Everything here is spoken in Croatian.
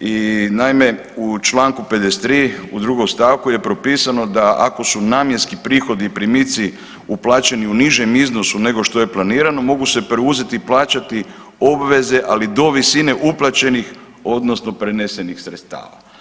i naime, u Članku 53. u drugom stavku je propisano da ako su namjenski prihodi i primici uplaćeni u nižim iznosu nego što je planirano mogu se preuzeti i plaćati obveze ali do visine uplaćenih odnosno prenesenih sredstava.